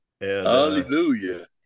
Hallelujah